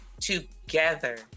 together